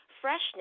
freshness